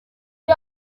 uri